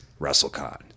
wrestlecon